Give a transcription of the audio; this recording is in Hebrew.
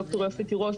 ד"ר יופי תירוש,